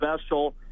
special